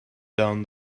down